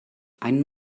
ein